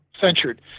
Censured